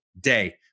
day